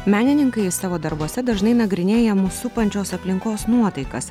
menininkai savo darbuose dažnai nagrinėja mus supančios aplinkos nuotaikas